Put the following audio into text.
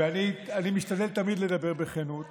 ואני משתדל תמיד לדבר בכנות